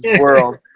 world